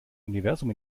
universum